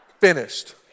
finished